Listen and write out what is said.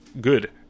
good